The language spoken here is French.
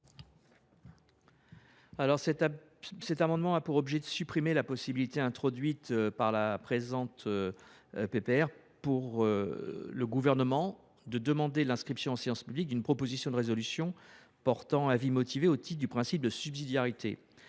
Marie. Cet amendement a pour objet de supprimer la possibilité, introduite par la présente proposition de résolution, pour le Gouvernement de demander l’inscription en séance publique d’une proposition de résolution portant avis motivé au titre du principe de subsidiarité.